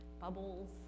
Bubbles